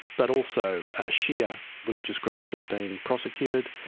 but also ah shia religious groups have been prosecuted,